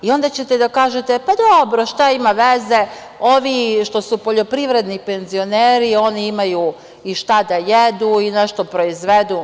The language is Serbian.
Onda ćete da kažete – dobro, šta ima veze, ovi što su poljoprivredni penzioneri, oni imaju i šta da jedu i nešto proizvedu.